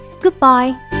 Goodbye